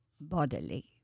bodily